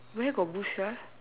where got bush sia